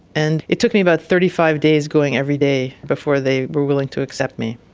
and it took me about thirty five days going every day before they were willing to accept me.